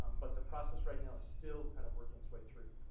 um but the process right now is still kind of working its way through.